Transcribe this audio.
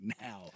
now